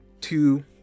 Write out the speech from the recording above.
two